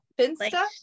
finsta